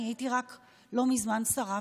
הייתי רק לא מזמן שרה,